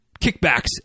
kickbacks